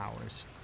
hours